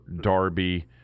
Darby